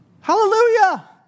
Hallelujah